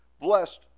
Blessed